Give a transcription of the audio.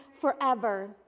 forever